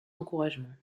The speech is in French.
encouragements